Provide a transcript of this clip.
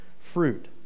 fruit